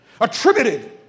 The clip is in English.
attributed